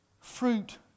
fruit